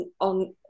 on